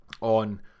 on